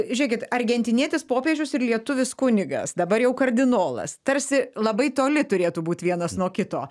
žiūrėkit argentinietis popiežius ir lietuvis kunigas dabar jau kardinolas tarsi labai toli turėtų būt vienas nuo kito